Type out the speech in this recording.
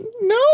No